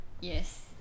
Yes